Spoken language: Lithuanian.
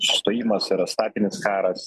sustojimas yra statinis karas